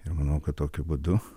ir manau kad tokiu būdu